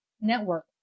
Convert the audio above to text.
network